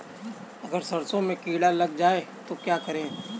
अगर सरसों में कीड़ा लग जाए तो क्या करें?